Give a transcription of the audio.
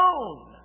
alone